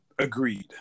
Agreed